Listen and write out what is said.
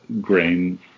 grain